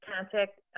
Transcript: contact